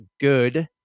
good